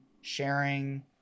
sharing